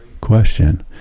question